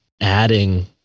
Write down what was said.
adding